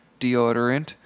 deodorant